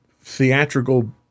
theatrical